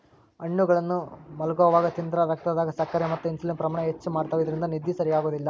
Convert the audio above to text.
ಹಣ್ಣುಗಳನ್ನ ಮಲ್ಗೊವಾಗ ತಿಂದ್ರ ರಕ್ತದಾಗ ಸಕ್ಕರೆ ಮತ್ತ ಇನ್ಸುಲಿನ್ ಪ್ರಮಾಣ ಹೆಚ್ಚ್ ಮಾಡ್ತವಾ ಇದ್ರಿಂದ ನಿದ್ದಿ ಸರಿಯಾಗೋದಿಲ್ಲ